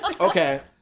Okay